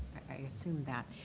i assumed that.